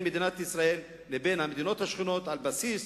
מדינת ישראל לבין המדינות השכנות על בסיס